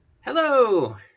Hello